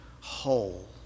whole